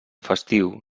festiu